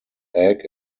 egg